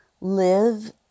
live